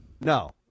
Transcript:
No